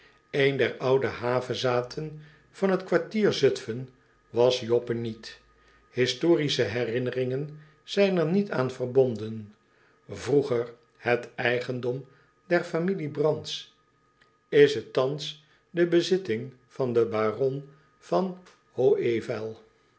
een der oude havezathen van het kwartier zutfen was joppe niet historische herinneringen zijn er niet aan verbonden vroeger het eigendom der familie b r a n t s is het thans de bezitting van den baron v